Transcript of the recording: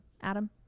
Adam